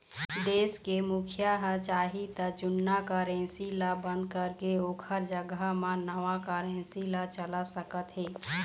देश के मुखिया ह चाही त जुन्ना करेंसी ल बंद करके ओखर जघा म नवा करेंसी ला चला सकत हे